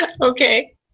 Okay